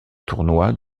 tournois